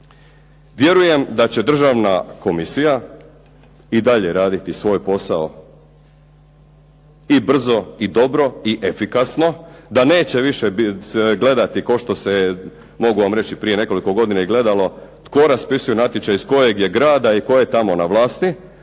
vjerujem da će državna komisija i dalje raditi svoj posao i brzo i dobro i efikasno, da neće više gledati kao što se, mogu vam reći, prije nekoliko godina i gledalo tko raspisuje natječaj, iz kojeg je grada i tko je tamo na vlasti,